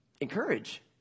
Encourage